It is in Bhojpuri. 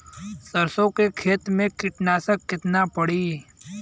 ए यंत्र का कीमत का होखेला?